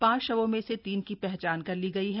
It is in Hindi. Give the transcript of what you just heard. पांच शवों में से तीन की पहचान कर ली गयी है